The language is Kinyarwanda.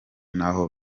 n’aho